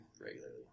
regularly